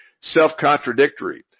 self-contradictory